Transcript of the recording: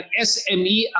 SME